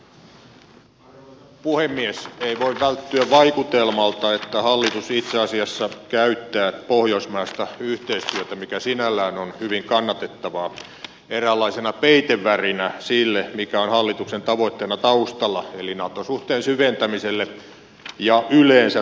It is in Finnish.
ei voi välttyä vaikutelmalta että hallitus itse asiassa käyttää pohjoismaista yhteistyötä mikä sinällään on hyvin kannatettavaa eräänlaisena peitevärinä sille mikä on hallituksen tavoitteena taustalla eli nato suhteen syventämiselle ja yleensä transatlanttisille suhteille